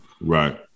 Right